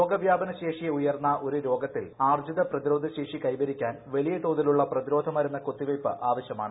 രോഗവ്യാപന ശേഷി ഉയർന്ന ഒരു രോഗത്തിൽ ആർജ്ജിത പ്രതിരോധശേഷി കൈവരിക്കാൻ വലിയതോതിലുള്ള പ്രതിരോധമരുന്ന് കുത്തിവെപ്പ് ആവശ്യമാണ്